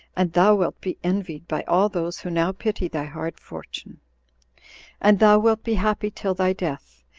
and thou wilt be envied by all those who now pity thy hard fortune and thou wilt be happy till thy death,